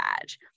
badge